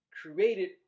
created